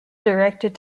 directed